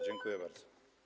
Dziękuję bardzo.